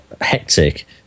hectic